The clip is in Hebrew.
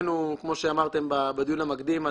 כמו שאמרתם בדיון המקדים,